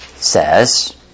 Says